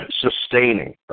sustaining